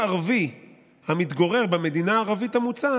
חברי הכנסת,